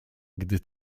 gdy